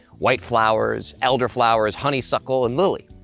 white flowers, elder flowers, honeysuckle and lily.